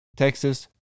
Texas